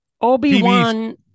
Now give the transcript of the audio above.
Obi-Wan